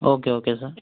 okay okay sir